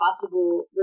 possible